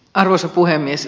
arvoisa puhemies